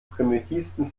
primitivsten